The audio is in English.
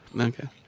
Okay